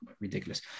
Ridiculous